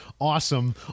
awesome